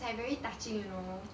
like very touching you know